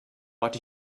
but